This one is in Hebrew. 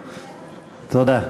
תודה.